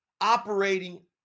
operating